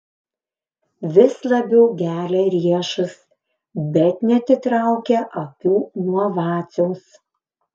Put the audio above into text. vis labiau gelia riešus bet neatitraukia akių nuo vaciaus